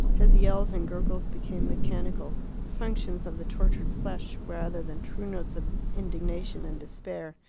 his yells and gurgles became mechanical functions of the tortured flesh rather than true notes of indignation and despair.